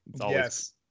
Yes